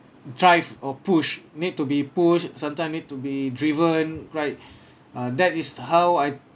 drive or push need to be push sometime it to be driven right ah that is how I